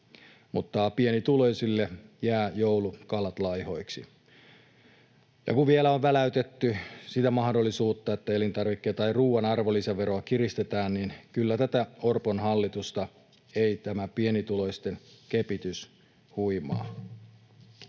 mutta pienituloisille jäävät joulukalat laihoiksi. Ja kun vielä on väläytetty sitä mahdollisuutta, että ruuan arvonlisäveroa kiristetään, niin ei Orpon hallitusta kyllä tämä pienituloisten kepitys huimaa.